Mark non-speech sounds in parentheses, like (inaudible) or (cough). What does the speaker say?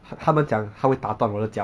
他他们讲他会打断我的脚 leh (laughs)